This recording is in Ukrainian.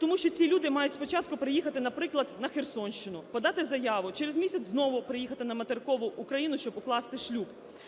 тому що ці люди мають спочатку приїхати, наприклад, на Херсонщину, подати заяву, через місяць знову приїхати на материкову Україну, щоб укласти шлюб.